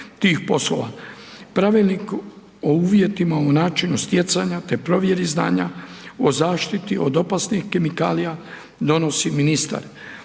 Pravilnik o uvjetima u načinu stjecanja, te provjeri znanja o zaštiti od opasnih kemikalija donosi ministar.